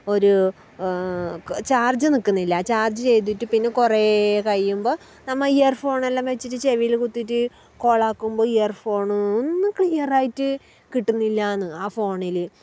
ഒരൂ ചാർജ് നിൽക്കുന്നില്ല ചാർജ് ചെയ്തിട്ട് പിന്നെ കുറേ കഴിയുമ്പം നമ്മൾ ഇയർഫോൺ എല്ലാം വെച്ചിട്ട് ചെവിയിൽ കുത്തിയിട്ട് കോൾ ആക്കുമ്പോൾ ഇയർഫോൺ ഒന്ന് ക്ലിയർ ആയിട്ട് കിട്ടുന്നില്ല എന്ന് ആ ഫോണിൽ